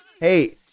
Hey